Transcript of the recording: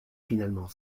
finalement